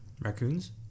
Raccoons